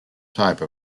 type